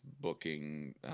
booking